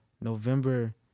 November